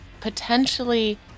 potentially